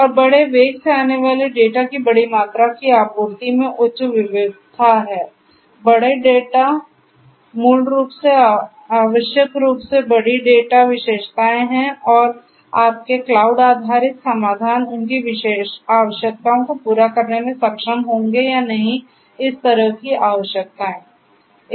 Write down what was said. और बड़े वेग से आने वाले डेटा की बड़ी मात्रा की आपूर्ति में उच्च विविधता है बड़ा डेटा मूल रूप से आवश्यक रूप से बड़ी डेटा विशेषताएँ हैं और क्या आपके क्लाउड आधारित समाधान उनकी आवश्यकताओं को पूरा करने में सक्षम होंगे या नहीं इस तरह की आवश्यकताएं